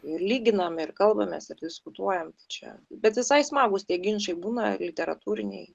ir lyginam ir kalbamės ir diskutuojam čia bet visai smagūs tie ginčai būna literatūriniai